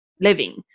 living